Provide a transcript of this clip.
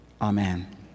Amen